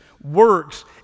works